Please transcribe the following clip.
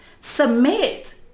submit